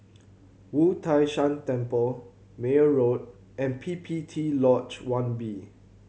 Wu Tai Shan Temple Meyer Road and P P T Lodge One B